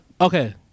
Okay